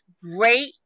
great